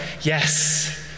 yes